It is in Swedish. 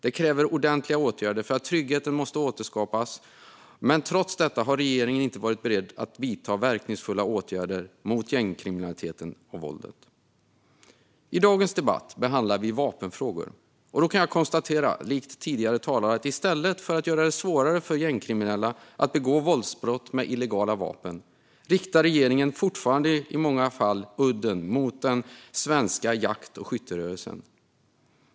Det kräver ordentliga åtgärder för att tryggheten ska återskapas, men trots detta har regeringen inte varit beredd att vidta verkningsfulla åtgärder mot gängkriminaliteten och våldet. I dagens debatt behandlar vi vapenfrågor, och då kan jag likt tidigare talare konstatera att i stället för att göra det svårare för gängkriminella att begå våldsbrott med illegala vapen riktar regeringen fortfarande i många fall udden mot den svenska jakt och skytterörelsen.